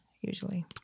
usually